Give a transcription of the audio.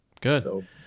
Good